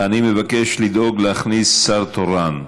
אני מבקש לדאוג להכניס שר תורן.